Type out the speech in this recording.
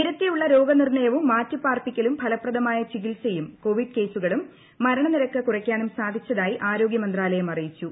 നേരത്തെയുള്ള രോഗനിർണയവും മാറ്റിപാർപ്പിക്കലും ഫലപ്രദമായ ചികിത്സയും കോവിഡ് കേസുകളും മരണനിരക്ക് കുറയ്ക്കാൻ സഹായിച്ചതായി ആരോഗ്യ മന്ത്രാലയം അറിയിച്ചു